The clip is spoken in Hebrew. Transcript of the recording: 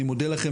אני מודה לכם,